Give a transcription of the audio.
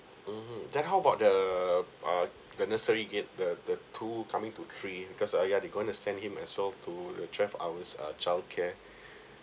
mmhmm then how about the uh the nursery kid the the two coming to three because uh yeah they going to send him as well to the twelves hours uh childcare